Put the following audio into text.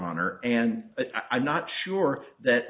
honor and i'm not sure that